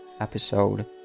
episode